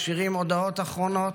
משאירים הודעות אחרונות,